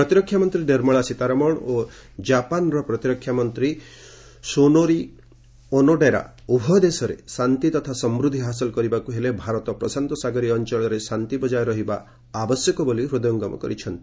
ପ୍ରତିରକ୍ଷା ମନ୍ତ୍ରୀ ନିର୍ମଳା ସୀତାରମଣ ଓ ଜାପାନର ପ୍ରତିରକ୍ଷାମନ୍ତ୍ରୀ ସୁନୋରି ଓନୋଡେରା ଉଭୟ ଦେଶରେ ଶାନ୍ତି ତଥା ସମୃଦ୍ଧି ହାସଲ କରିବାକୁ ହେଲେ ଭାରତ ପ୍ରଶାନ୍ତ ସାଗରୀୟ ଅଞ୍ଚଳରେ ଶାନ୍ତି ବଜାୟ ରହିବା ଆବଶ୍ୟକ ବୋଲି ହୃଦୟଙ୍ଗମ କରିଛନ୍ତି